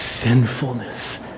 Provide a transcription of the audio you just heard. sinfulness